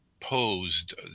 posed